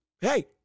Hey